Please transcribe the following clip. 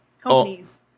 companies